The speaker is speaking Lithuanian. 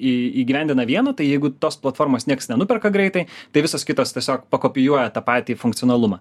į įgyvendina vieną tai jeigu tos platformos nieks nenuperka greitai tai visos kitos tiesiog pakopijuoja tą patį funkcionalumą